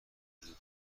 وجود